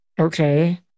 Okay